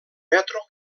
metro